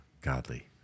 godly